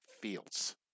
Fields